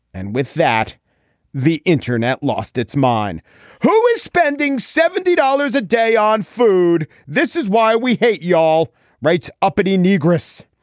and with that the internet lost its mind who is spending seventy dollars a day on food. this is why we hate y'all writes uppity negress.